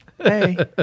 Hey